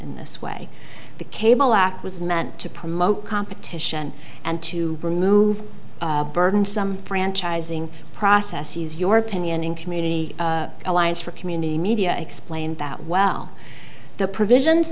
in this way the cable act was meant to promote competition and to remove burdensome franchising processes your opinion and community alliance for community media explained that well the provisions